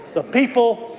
the people,